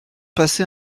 passé